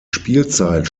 spielzeit